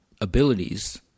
abilities